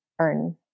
earn